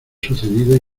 sucedido